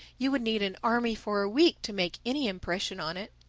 you would need an army for a week to make any impression on it.